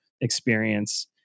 experience